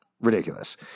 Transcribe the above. ridiculous